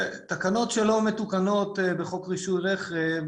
תקנות שלא מתוקנות בחוק רישוי רכב